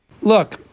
Look